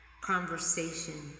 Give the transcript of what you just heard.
conversation